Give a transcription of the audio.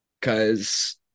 cause